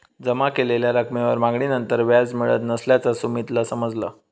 जमा केलेल्या रकमेवर मागणीनंतर व्याज मिळत नसल्याचा सुमीतला समजला